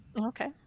Okay